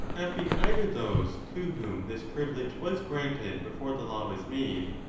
have been either those to whom this privilege was granted before the law was made,